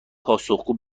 پاسخگو